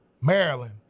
Maryland